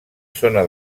zona